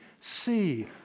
see